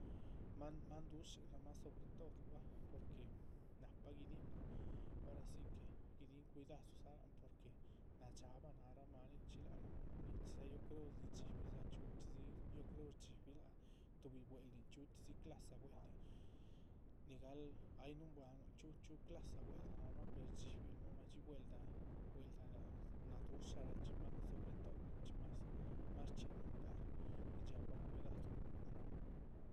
Máan dúshinramah sobre todo bah, porque nahpa guidíhin nuh ora si que guidihin cuidadudza lac núh porque nadxaabah nác rah máaninchxi lac ramah. nichxídza yo creo dzidxíbidza chiuchxídzi yo creo shdxíbi lác tuhbi bwel´din chxí chxí dzi clasa buel´da nigahal ay núhunbuanuh chxíu chxíu clasa bwel´da. nahmah per rdxibilmah madxi bwel´da bwel´da nadúsha raachxi mas sobre todo nichxí mas shchxíhinuh para guidxiahapn cuidadu cuhun laac ramah